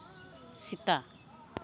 Sita